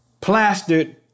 plastered